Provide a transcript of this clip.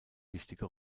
wichtige